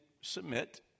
submit